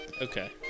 Okay